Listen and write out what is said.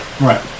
right